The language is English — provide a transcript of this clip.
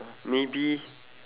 uh okay